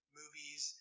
movies